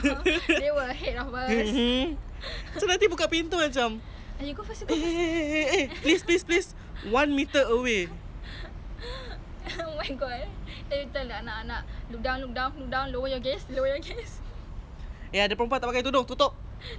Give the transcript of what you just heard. ya ada perempuan tak pakai tudung tutup nanti bini macam ada perempuan eh tengok bini jer lah tu yang halal tengok bini jer tengok bini muka tembok pun tak kesah tengok bini eh